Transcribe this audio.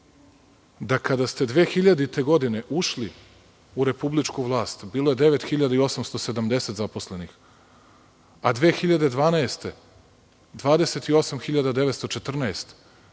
da kada ste 2000. godine ušli u republičku vlast, bilo je 9.870 zaposlenih, a 2012. godine 28.914.